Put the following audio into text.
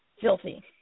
filthy